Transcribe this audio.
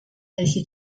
welche